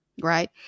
right